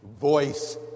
Voice